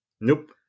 Nope